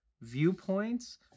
viewpoints